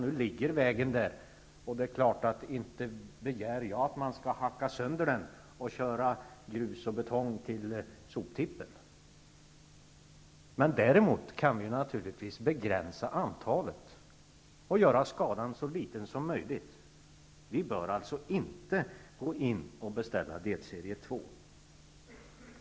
Nu ligger vägen där, och inte begär jag att man skall hacka sönder den och köra grus och betong till soptippen. Däremot kan man naturligtvis begränsa antalet flygplan och göra skadan så liten som möjligt. Man bör alltså inte beställa delserie 2.